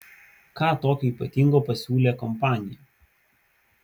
ką tokio ypatingo pasiūlė kompanija